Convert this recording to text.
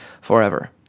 forever